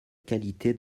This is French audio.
qualité